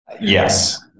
Yes